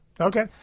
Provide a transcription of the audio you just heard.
Okay